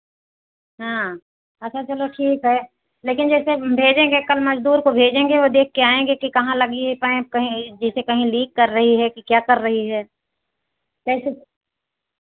हाँ अच्छा चलो ठीक है लेकिन जैसे भेजेंगे कल मज़दूर को भेजेंगे वो देख के आएंगे कि कहाँ लगी है पाइप कहीं जैसे कहीं लीक कर रही है कि क्या कर रही है कैसे